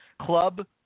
Club